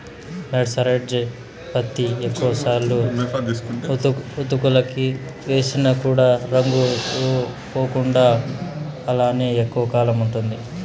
mercerised పత్తి ఎక్కువ సార్లు ఉతుకులకి వేసిన కూడా రంగు పోకుండా అలానే ఎక్కువ కాలం ఉంటుంది